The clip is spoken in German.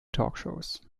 talkshows